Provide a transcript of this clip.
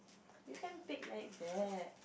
you can't pick like that